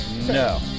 No